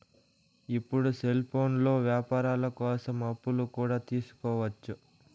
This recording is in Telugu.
ఇప్పుడు సెల్ఫోన్లో వ్యాపారాల కోసం అప్పులు కూడా తీసుకోవచ్చు